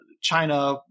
China